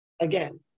again